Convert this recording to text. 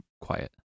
quiet